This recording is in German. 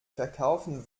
verkaufen